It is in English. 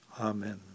Amen